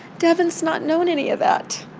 devyn's not known any of that.